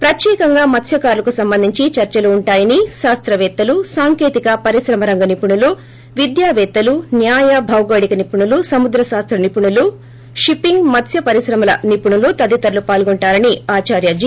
ప్రత్యేకంగా మత్స్కారులకు సంబంధించి చర్చలు ఉంటాయని శాస్తపేత్తలు సాంకేతిక పరిశ్రమ రంగ నిపుణులు విద్యాపేత్తలు న్యాయ భౌగోళిక నిపుణులు సముద్ర శాస్త్ర నిపుణులు షిప్పింగ్ మత్స్య పరిశ్రమల నిపుణులు తదితరులు పాల్గొంటారని ఆచార్య జి